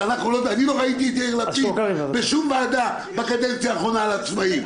לא ראיתי את יאיר לפיד בשום ועדה בקדנציה הקודמת לדיון על העצמאים,